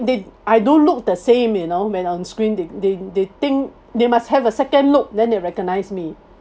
they I don't look the same you know when on screen they they they think they must have a second look then they recognise me